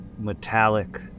metallic